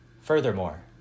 furthermore